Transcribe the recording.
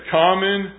common